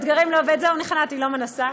זהו, נכנעתי, לא מנסה.